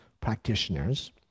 practitioners